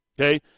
Okay